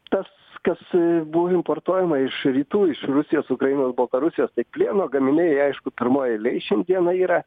tas kas buvo importuojama iš rytų iš rusijos ukrainos baltarusijos tai plieno gaminiai aišku pirmoj eilėj šiandienai yra